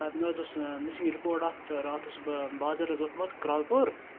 سَر مےٚ حظ اوس مِسِنٛگ رِپورَٹ اَکھ راتھ اوسُس بہٕ بازَر حظ ووٚتھمُت کرٛالہٕ پوٗر